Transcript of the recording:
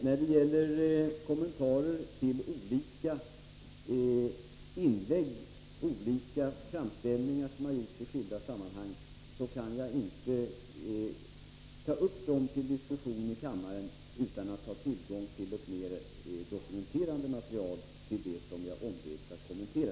När det gäller kommentarer till olika framställningar som har gjorts i skilda sammanhang kan jag inte ta upp dem till diskussion i kammaren utan att ha tillgång till något mer dokumenterande material rörande det som jag ombetts att kommentera.